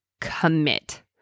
commit